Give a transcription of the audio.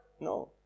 No